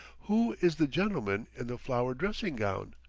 who is the gentleman in the flowered dressing-gown?